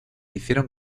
hicieron